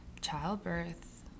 childbirth